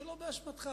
שלא באשמתך.